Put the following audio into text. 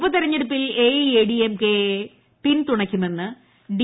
ഉപതെരഞ്ഞെടുപ്പിൽ A I D M K പിന്തുണയ്ക്കുമെന്ന് D